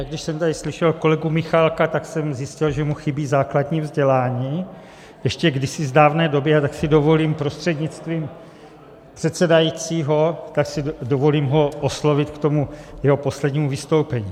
Když jsem tady slyšel kolegu Michálka, tak jsem zjistil, že mu chybí základní vzdělání ještě kdysi z dávné doby, a tak si dovolím prostřednictvím předsedajícího ho oslovit k tomu jeho poslednímu vystoupení.